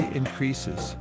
increases